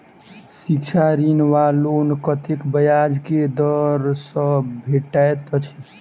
शिक्षा ऋण वा लोन कतेक ब्याज केँ दर सँ भेटैत अछि?